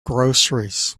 groceries